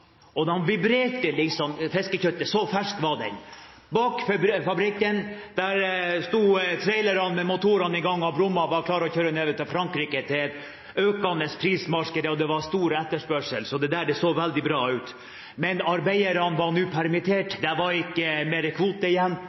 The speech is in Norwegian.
Bak fabrikken sto trailerne med motorene i gang og brummet og var klare til å kjøre ned til Frankrike til et økende prismarked. Det var stor etterspørsel, så det så veldig bra ut. Men arbeiderne var nå permittert, det var ikke mer kvote igjen,